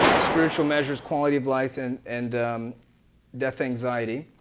spiritual measures, quality of life, and and death anxiety.